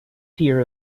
tier